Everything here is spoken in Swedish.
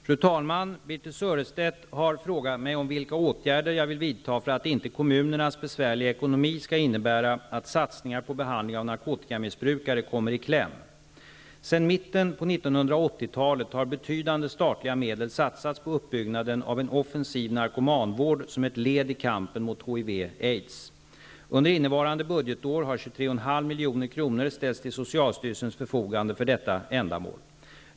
Fru talman! Birthe Sörestedt har frågat mig om vilka åtgärder jag vill vidta för att inte kommunernas besvärliga ekonomi skall innebära att satsningar på behandling av narkotikamissbrukare kommer i kläm. Sedan mitten på 1980-talet har betydande statliga medel satsats på uppbyggnaden av en offensiv narkomanvård som ett led i kampen mot HIV/aids. ställts till socialstyrelsens förfogande för detta ändamål.